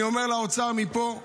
אני אומר לאוצר מפה,